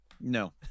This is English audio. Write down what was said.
No